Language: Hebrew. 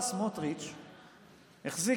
השר סמוטריץ' החזיק,